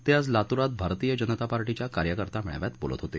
ते आज लातूरात भारतीय जनता पार्टीच्या कार्यकर्ता मेळाव्यात बोलत होते